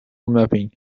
mapping